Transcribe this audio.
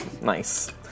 nice